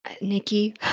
Nikki